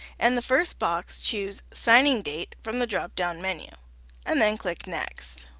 and the first box choose signingdate from the drop-down menu and then click next.